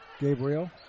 Gabriel